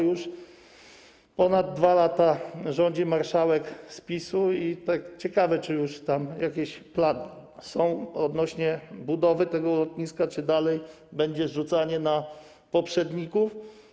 Już ponad 2 lata rządzi marszałek z PiS-u i ciekawe, czy już tam jakieś plany są odnośnie do budowy tego lotniska, czy dalej będzie zrzucanie winy na poprzedników.